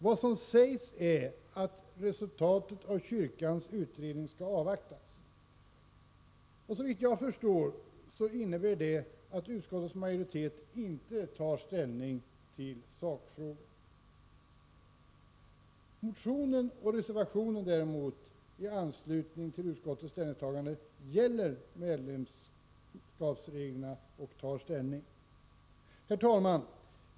Vad som sägs är att resultatet av kyrkans utredning skall avvaktas. Det innebär, såvitt jag kan förstå, att utskottets majoritet inte tar ställning i sakfrågan. Motionen och reservationen i anslutning till utskottets ställningstagande, däremot, gäller medlemskapsreglerna och tar alltså ställning. Herr talman!